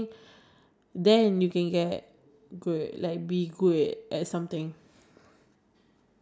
okay I mean if they're good in art I think I think that's a different story I think if you're not good in art I think